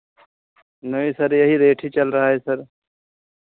नहीं सर यही रेट ही चल रहा है सर